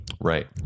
Right